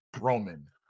Roman